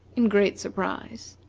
in great surprise.